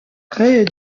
près